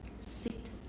sit